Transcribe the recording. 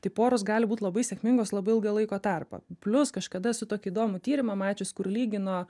tai poros gali būt labai sėkmingos labai ilgą laiko tarpą plius kažkada esu tokį įdomų tyrimą mačius kur lygino